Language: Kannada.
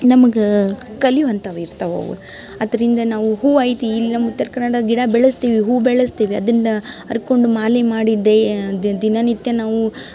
ನಮಗೆ ಕಲಿವ್ ವಂಥವು ಇರ್ತವೆ ಅವು ಅದರಿಂದ ನಾವು ಹೂ ಐತಿ ಇಲ್ಲಿ ನಮ್ಮ ಉತ್ತರ ಕನ್ನಡ ಗಿಡ ಬೆಳೆಸ್ತೀವಿ ಹೂ ಬೆಳೆಸ್ತೀವಿ ಅದನ್ನು ಹರ್ಕೊಂಡ್ ಮಾಲೆ ಮಾಡಿ ಡೈ ದಿನನಿತ್ಯ ನಾವೂ